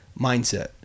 mindset